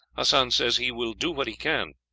hassan says he will do what he can.